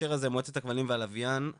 היא מופרדת במידה מסוימת במשרד התקשורת ולא לחינם,